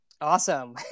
Awesome